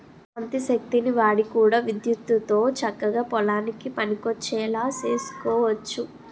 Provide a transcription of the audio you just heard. కాంతి శక్తిని వాడి కూడా విద్యుత్తుతో చక్కగా పొలానికి పనికొచ్చేలా సేసుకోవచ్చు